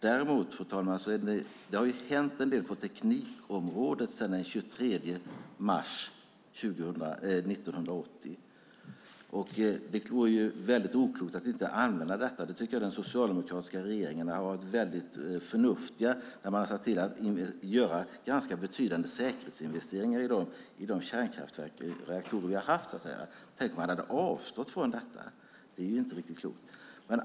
Däremot, fru talman, har det hänt en del på teknikområdet sedan den 23 mars 1980. Det vore oklokt att inte använda detta. Den socialdemokratiska regeringen var förnuftig när den såg till att göra ganska betydande säkerhetsinvesteringar i de kärnkraftsreaktorer som vi har haft. Tänk om man hade avstått från det! Det är inte riktigt klokt.